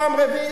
פעם רביעית,